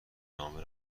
نامه